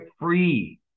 free